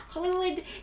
Hollywood